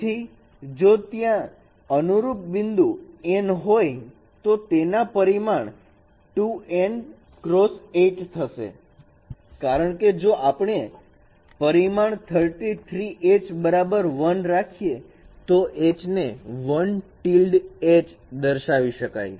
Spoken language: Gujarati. તેથી જો ત્યાં અનુરૂપ n બિંદુઓ હોય તો તેના પરિમાણ 2n x 8 થશે કારણકે જો આપણે પરિમાણ 33 h બરાબર 1 રાખીએ તો h ને 1h દર્શાવી શકાય